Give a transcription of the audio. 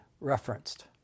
referenced